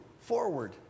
forward